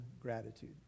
gratitude